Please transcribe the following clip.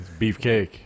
Beefcake